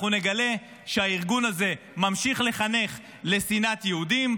אנחנו נגלה שהארגון הזה ממשיך לחנך לשנאת יהודים,